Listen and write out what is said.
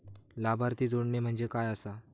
लाभार्थी जोडणे म्हणजे काय आसा?